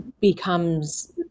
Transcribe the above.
becomes